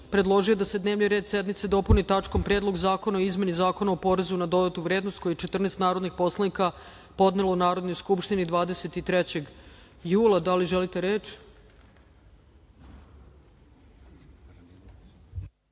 predložio je da se dnevni red sednice dopuni tačkom Predlog zakona o izmenama Zakona o porezu na dodatu vrednost, koji je 14 narodnih poslanika podnelo Narodnoj skupštini 23. jula 2024. godine. Da